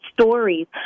stories